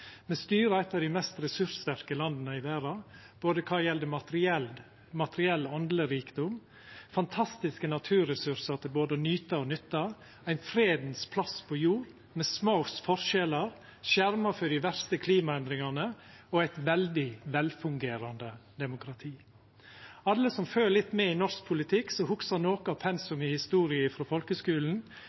Me styrer eit av dei mest ressurssterke landa i verda når det gjeld både materiell handlerikdom, fantastiske naturressursar til både å nyta og nytta, ein fredens plass på jord med små forskjellar, skjerma for dei verste klimaendringane, og eit veldig velfungerande demokrati. Alle som følgjer litt med i norsk politikk som hugsar noko av pensumet i historie ifrå folkeskulen,